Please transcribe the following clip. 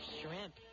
Shrimp